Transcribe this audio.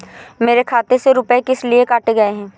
मेरे खाते से रुपय किस लिए काटे गए हैं?